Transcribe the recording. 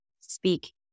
speak